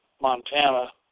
Montana